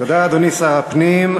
תודה, אדוני שר הפנים.